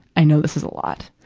i know this is a lot.